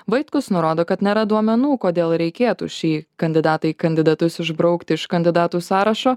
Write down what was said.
vaitkus nurodo kad nėra duomenų kodėl reikėtų šį kandidatą į kandidatus išbraukti iš kandidatų sąrašo